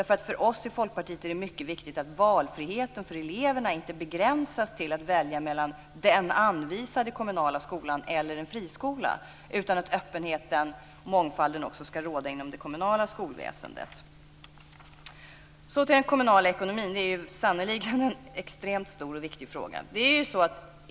För oss i Folkpartiet är det mycket viktigt att valfriheten för eleverna inte begränsas till att välja mellan den anvisade kommunala skolan och en friskola. Öppenheten och mångfalden ska också råda i det kommunala skolväsendet. Så till den kommunala ekonomin. Det är sannerligen en extremt stor och viktig fråga.